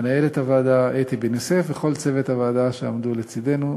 מטעם ועדת הכנסת: